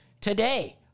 today